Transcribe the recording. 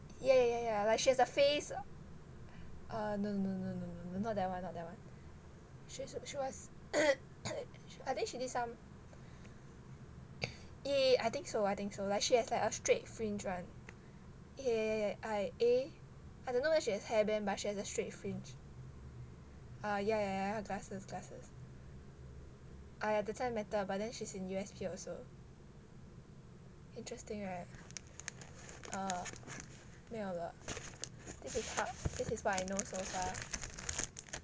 yeah yeah yeah like she has the face uh no no no no no not that one not that one she wa~ she was I think she did some eh I think so I think so like she has like a straight fringe [one] yeah yeah yeah yeah I eh I don't know whether she has hairband but she has a straight fringe ah yeah yeah yeah glasses glasses !aiya! doesn't matter but then she's in U_S_P also interesting [right] uh 没有了 this is ho~ this is what I know so far